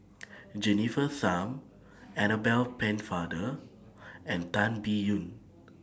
Jennifer Tham Annabel Pennefather and Tan Biyun